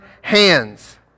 hands